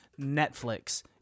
Netflix